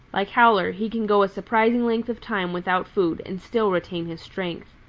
like howler he can go a surprising length of time without food and still retain his strength.